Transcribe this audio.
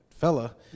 fella